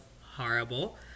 horrible